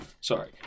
Sorry